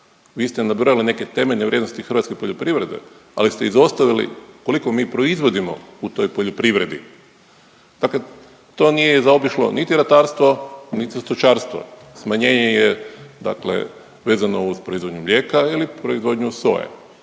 Vi ste nabrojali neke temeljne vrijednosti hrvatske poljoprivrede ali ste izostavili koliko mi proizvodimo u toj poljoprivredi. Dakle, to nije zaobišlo niti ratarstvo niti stočarstvo. Smanjenje je dakle vezano uz proizvodnju mlijeka ili proizvodnju soje.